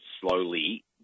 slowly